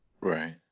right